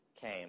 came